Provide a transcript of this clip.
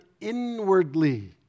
inwardly